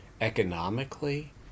Economically